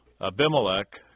Abimelech